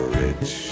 rich